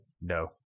No